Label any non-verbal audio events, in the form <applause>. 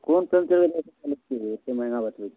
कोन पञ्चरके <unintelligible>